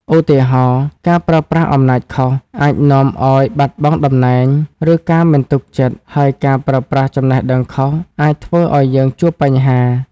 ឧទាហរណ៍៖ ការប្រើប្រាស់អំណាចខុស អាចនាំឲ្យបាត់បង់តំណែង ឬការមិនទុកចិត្ត ហើយការប្រើប្រាស់ចំណេះដឹងខុស អាចធ្វើឲ្យយើងជួបបញ្ហា។